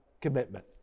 commitment